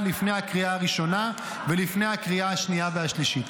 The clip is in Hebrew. לפני הקריאה הראשונה ולפני הקריאה השנייה והשלישית.